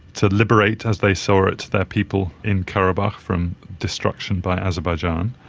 to liberate, as they saw it, their people in karabakh from destruction by azerbaijan,